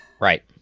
right